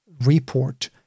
report